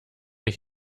ich